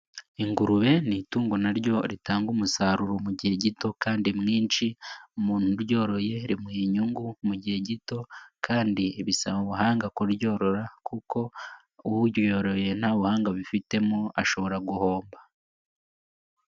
Ingurube ni itungo na ryo ritanga umusaruro mu gihe gito kandi mwinshi, umuntu uryoroye rimuha inyungu mu gihe gito kandi bisaba ubuhanga kuryorora kuko uryoroye nta buhanga abifitemo ashobora guhomba.